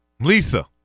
Lisa